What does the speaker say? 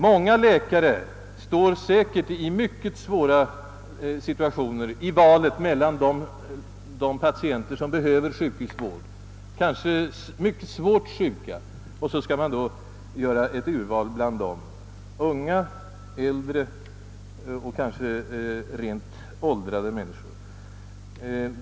Många läkare råkar säkerligen in i mycket svåra konfliktsituationer när de måste göra ett urval bland kanske mycket svårt sjuka människor, unga, äldre och verkliga åldringar.